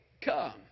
come